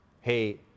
hey